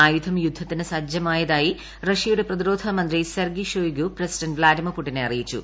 ആയുധം യുദ്ധത്തിനു് സജ്ജമായതായി റഷ്യയുടെ പ്രതിരോധ മന്ത്രി സെർഗി ഷൊയ്ഗു പ്രസിഡന്റ് വ്ളാഡിമിർ പുടിനെ അറിയിച്ചു